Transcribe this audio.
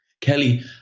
Kelly